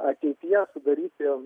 ateityje sudaryti